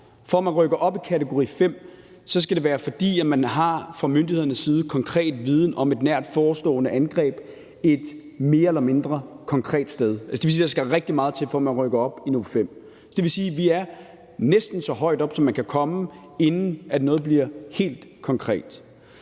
kan rykke op i kategori 5, er det, fordi man fra myndighedernes side har konkret viden om et nært forestående angreb på et mere eller mindre konkret sted. Det vil sige, at der skal rigtig meget til, før man rykker op til niveau 5. Og det vil sige, at vi er næsten så højt oppe, som man kan komme, inden noget bliver helt konkret.